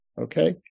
Okay